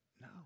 No